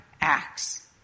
acts